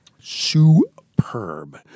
Superb